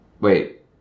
Wait